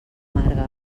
marga